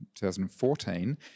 2014